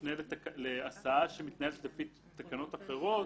מפנה להסעה שמתנהלת לפי תקנות אחרות,